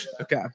Okay